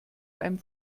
einem